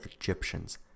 Egyptians